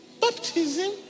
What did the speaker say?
Baptism